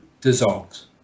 dissolves